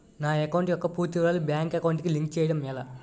నా అకౌంట్ యెక్క పూర్తి వివరాలు బ్యాంక్ అకౌంట్ కి లింక్ చేయడం ఎలా?